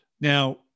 Now